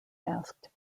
asked